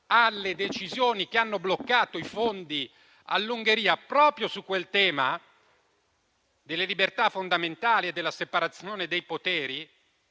alle decisioni che hanno bloccato i fondi all'Ungheria, proprio sul tema delle libertà fondamentali e della separazione dei poteri,